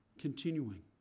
Continuing